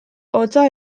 hotza